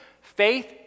Faith